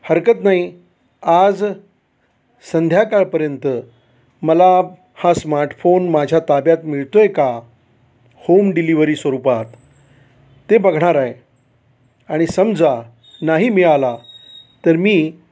हरकत नाही आज संध्याकाळपर्यंत मला हा स्मार्टफोन माझ्या ताब्यात मिळतो आहे का होम डिलिव्हरी स्वरूपात ते बघणार आहे आणि समजा नाही मिळाला तर मी